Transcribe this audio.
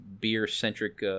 beer-centric